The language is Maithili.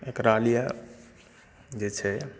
एकरा लिए जे छै